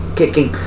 kicking